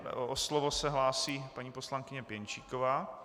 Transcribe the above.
O slovo se hlásí paní poslankyně Pěnčíková.